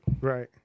Right